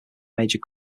major